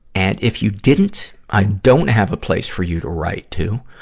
and if you didn't, i don't have a place for you to write to.